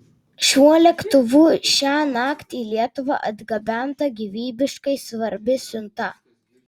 šiuo lėktuvu šiąnakt į lietuvą atgabenta gyvybiškai svarbi siunta